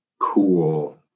cool